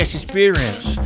experience